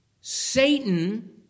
Satan